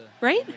right